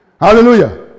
Hallelujah